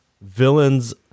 villains